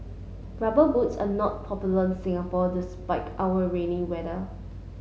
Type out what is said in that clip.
rubber boots are not popular in Singapore despite our rainy weather